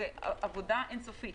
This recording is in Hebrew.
זו עבודה אין סופית.